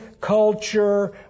culture